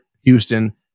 Houston